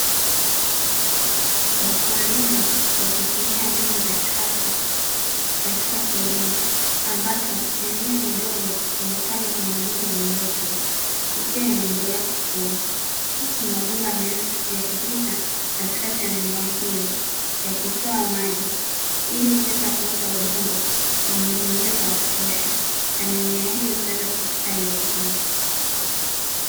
Wakulima wakitumia mbinu za kisasa katika kilimo ambapo mimea midogo imepandwa kwenye udongo wenye rutuba, ikiwa inaendelea kukua, huku mabomba meusi yakipita katikati ya mimea hiyo, yakitoa maji ili kuweza kuupa udongo unyevunyevu wa kutosha na mimea hiyo kuweza kustawi vizuri.